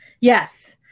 Yes